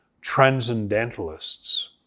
transcendentalists